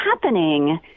happening